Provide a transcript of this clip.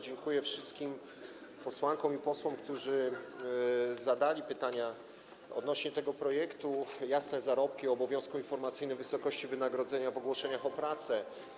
Dziękuję wszystkim posłankom i posłom, którzy zadali pytania odnośnie do tego projektu: jasne zarobki, dotyczącego obowiązku informacyjnego o wysokości wynagrodzenia w ogłoszeniach o pracę.